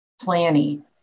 planning